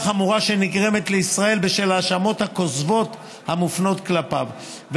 החמורה שנגרמת לישראל בשל ההאשמות הכוזבות המופנות כלפיו,